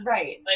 Right